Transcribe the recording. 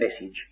message